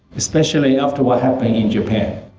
especially, after what happened in japan?